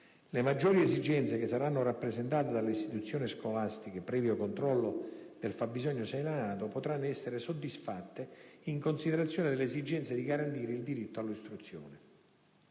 le maggiori esigenze che saranno rappresentate dalle istituzioni scolastiche (previo controllo del fabbisogno segnalato) potranno essere soddisfatte in considerazione dell'esigenza di garantire il diritto all'istruzione.